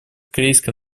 корейской